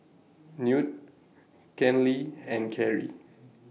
Newt Kenley and Kerrie